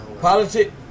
Politics